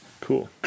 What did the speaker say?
Cool